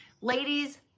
Ladies